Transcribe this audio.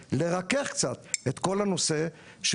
הלאומי לרכך קצת את כל הנושא של